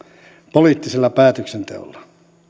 poliittisella päätöksenteolla